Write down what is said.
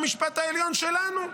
הגישה עתירה לבית המשפט העליון שלנו.